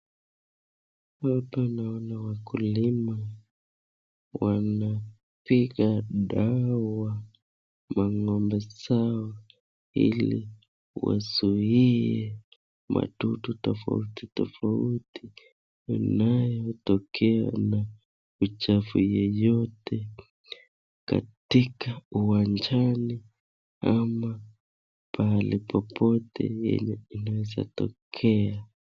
Hapa naona wakulima wanapiga dawa kwa ngombe zao, ili wazuie madudu tofauti tofauti inayotokea na uchafu yeyote, katika uwanjani ama pahali popote penye inaweza tokea.